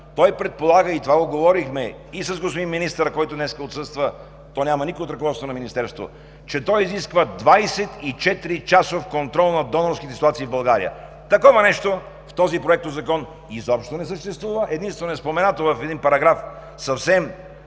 Той предполага, и това го говорихме с господин министъра, който отсъства днес – то няма никого от ръководството на Министерството, че той изисква 24-часов контрол на донорските ситуации в България. Такова нещо в този законопроект изобщо не съществува. Единствено е споменато в един параграф съвсем,